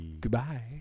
Goodbye